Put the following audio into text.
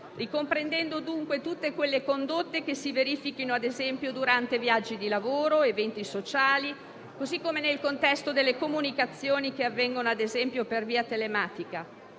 ricomprendendo dunque tutte quelle condotte che si verifichino, ad esempio, durante viaggi di lavoro ed eventi sociali, così come nel contesto delle comunicazioni che avvengono per via telematica.